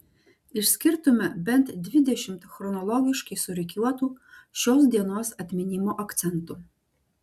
išskirtume bent dvidešimt chronologiškai surikiuotų šios dienos atminimo akcentų